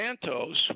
Santos